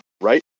right